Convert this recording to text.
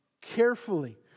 carefully